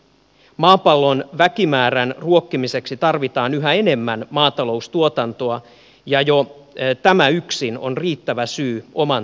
maapallon väkimäärän ruokkimiseksi tarvitaan yhä enemmän maataloustuotantoa ja jo tämä yksin on riittävä syy oman tuotantomme turvaamiseen